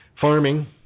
farming